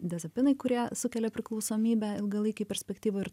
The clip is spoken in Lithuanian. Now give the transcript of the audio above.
dezepinai kurie sukelia priklausomybę ilgalaikėj perspektyvoj ir